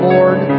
Lord